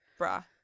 Bruh